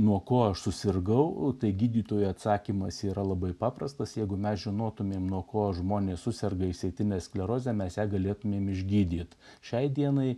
nuo ko aš susirgau tai gydytojų atsakymas yra labai paprastas jeigu mes žinotumėm nuo ko žmonės suserga išsėtine skleroze mes ją galėtumėm išgydyti šiai dienai